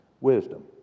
Wisdom